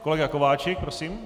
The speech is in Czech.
Kolega Kováčik, prosím.